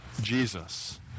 Jesus